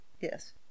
yes